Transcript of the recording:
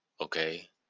okay